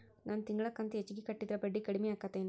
ನನ್ ತಿಂಗಳ ಕಂತ ಹೆಚ್ಚಿಗೆ ಕಟ್ಟಿದ್ರ ಬಡ್ಡಿ ಕಡಿಮಿ ಆಕ್ಕೆತೇನು?